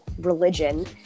religion